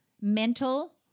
mental